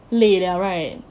累了 right